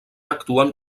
actuen